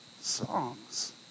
songs